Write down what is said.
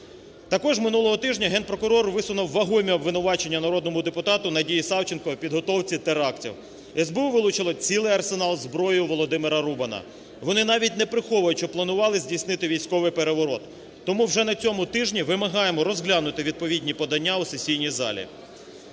Також минулого тижня Генпрокурор висунув вагомі обвинувачення народному депутату Надії Савченко в підготовці терактів. СБУ вилучило цілий арсенал зброї у Володимира Рубана. Вони навіть не приховують, що планували здійснити військовий переворот. Тому вже на цьому тижні вимагаємо розглянути відповідні подання у сесійній залі.